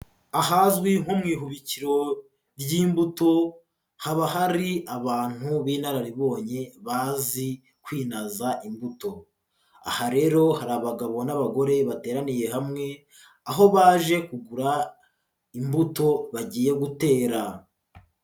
Ahazwi nko mu ihubukiro ry'imbuto, haba hari abantu b'inararibonye bazi kwinaza imbuto. Aha rero hari abagabo n'abagore bateraniye hamwe aho baje kugura imbuto bagiye gutera.